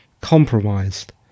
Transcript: compromised